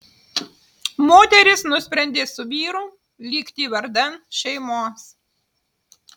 moteris nusprendė su vyru likti vardan šeimos